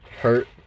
hurt